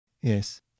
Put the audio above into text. Yes